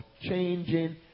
changing